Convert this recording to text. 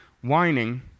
whining